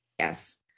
Yes